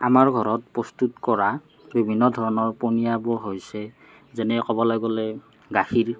আমাৰ ঘৰত প্ৰস্তুত কৰা বিভিন্ন ধৰণৰ পনীয়াবোৰ হৈছে যেনে ক'বলৈ গ'লে গাখীৰ